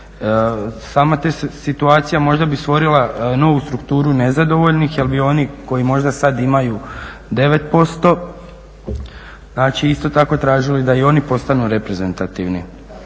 Sama ta situacija možda bi stvorila novu strukturu nezadovoljnih jer bi oni koji možda sad imaju 9% znači isto tako tražili da i oni postanu reprezentativni.